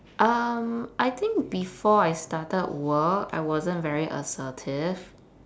um I think before I started work I wasn't very assertive